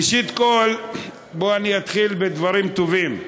ראשית כול, בואו אני אתחיל בדברים טובים.